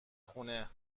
خونه